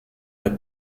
der